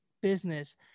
business